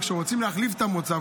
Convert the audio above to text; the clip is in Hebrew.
כשרוצים להחליף את המוצר,